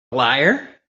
liar